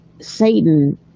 Satan